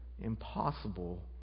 impossible